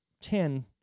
ten